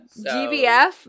GBF